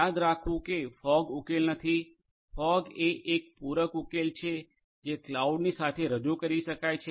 યાદ રાખવું કે ફોગ ઉકેલ નથી ફોગ એ એક પૂરક ઉકેલ છે જે ક્લાઉડની સાથે રજુ કરી શકાય છે